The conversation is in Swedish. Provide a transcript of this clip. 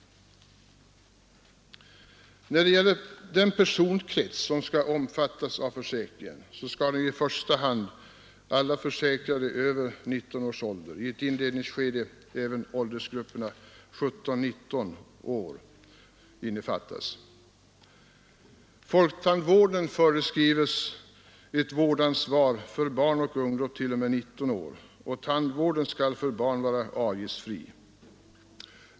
När det gäller den personkrets som skall omfattas av försäkringen skall ju i första hand alla försäkrade över 19 års ålder — i ett inledningsskede även åldersgrupperna 17—19 år — innefattas. Folktandvården förskrives ett vårdansvar för barn och ungdom t.o.m. 19 år, och tandvården skall för barn vara avgiftsfri.